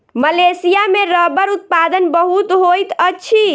Malaysia में रबड़ उत्पादन बहुत होइत अछि